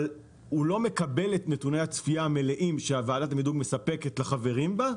אבל הוא לא מקבל את נתוני הצפייה המלאים שוועדת המדרוג מספקת לחברים בה.